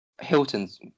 Hilton's